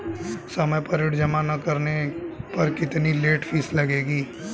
समय पर ऋण जमा न करने पर कितनी लेट फीस लगेगी?